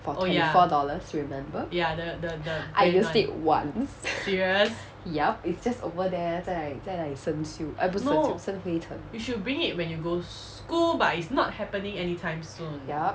for twenty four dollars remember I used it once yup it's just over there 在那里在那里生锈 eh 不是生灰尘 yup